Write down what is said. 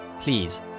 please